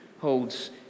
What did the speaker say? holds